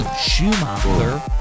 Schumacher